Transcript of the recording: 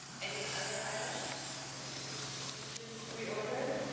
any other items that anybody wants to reorder?